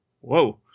Whoa